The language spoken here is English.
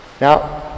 Now